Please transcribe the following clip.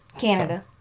Canada